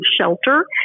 shelter